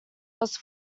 was